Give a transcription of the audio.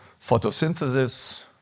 photosynthesis